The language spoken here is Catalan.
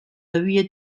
havia